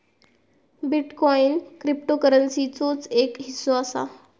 bitcoin क्रिप्टोकरंसीचोच एक हिस्सो असा